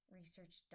research